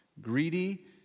greedy